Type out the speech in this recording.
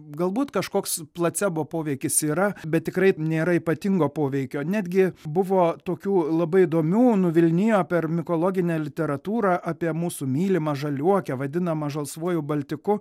galbūt kažkoks placebo poveikis yra bet tikrai nėra ypatingo poveikio netgi buvo tokių labai įdomių nuvilnijo per mikologinę literatūrą apie mūsų mylimą žaliuokę vadinamą žalsvuoju baltiku